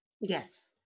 Yes